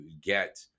get